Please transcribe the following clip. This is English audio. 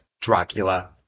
Dracula